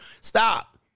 Stop